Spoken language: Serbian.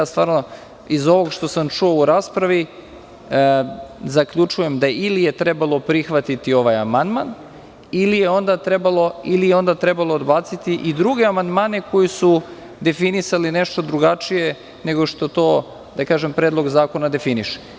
Iza ovog što sam čuo u raspravi zaključujem da je ili trebalo prihvatiti ovaj amandman ili je trebalo odbaciti druge amandmane koji su definisali nešto drugačije nego što to predlog zakona definiše.